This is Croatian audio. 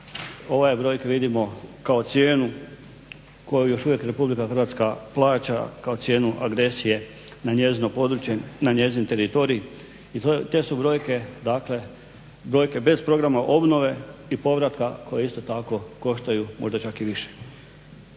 ova je brojka, vidimo kao cijenu koju još uvijek Republika Hrvatska plaća kao cijenu agresije na njezino područje, na njezin teritorij. I te su brojke, dakle brojke bez program obnove i povratka koji isto tako koštaju možda čak i više.